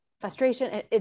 Frustration